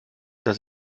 dass